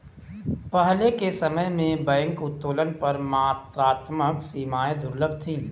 पहले के समय में बैंक उत्तोलन पर मात्रात्मक सीमाएं दुर्लभ थीं